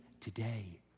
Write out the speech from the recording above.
today